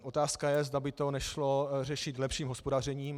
Otázka je, zda by to nešlo řešit lepším hospodařením.